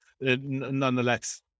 nonetheless